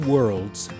Worlds